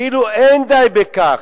כאילו לא די בכך,